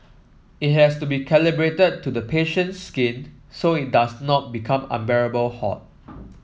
it has to be calibrated to the patient's skin so it does not become unbearably hot